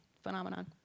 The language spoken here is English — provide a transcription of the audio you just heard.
phenomenon